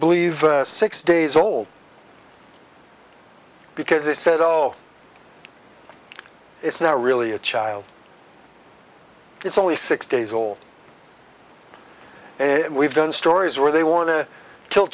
believe six days old because they said oh it's not really a child it's only six days old we've done stories where they want to kill